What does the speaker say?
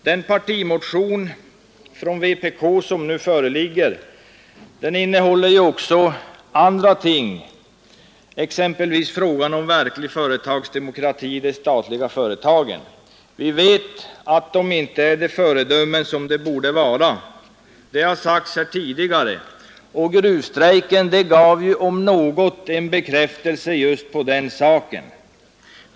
Den partimotion från vpk som nu föreligger innehåller även andra ting, exempelvis frågan om verklig företagsdemokrati i de statliga företagen. Vi vet att dessa inte är de föredömen som de borde vara; det har sagts här tidigare. Gruvstrejken gav väl om något en bekräftelse på den saken.